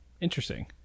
interesting